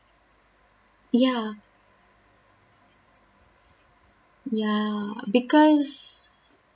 yeah yeah because